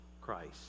Christ